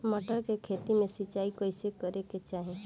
मटर के खेती मे सिचाई कइसे करे के चाही?